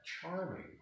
charming